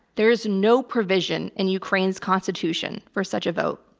there is no provision in ukraine's constitution for such a vote.